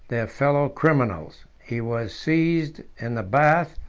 their fellow-criminals he was seized in the bath,